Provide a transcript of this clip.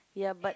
ya but